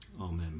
Amen